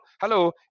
hello